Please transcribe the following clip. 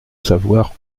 savoir